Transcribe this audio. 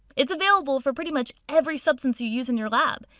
it's available for pretty much every substance you use in your lab.